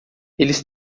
eles